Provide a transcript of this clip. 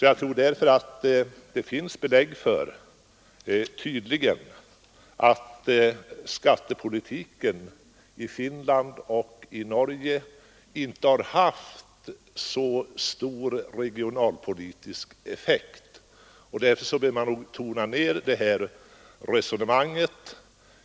Jag tror därför att det finns tydliga belägg för att skattepolitiken i Finland och Norge inte har haft särskilt stor regionalpolitisk effekt. Därför bör man nog tona ner det här resonemanget.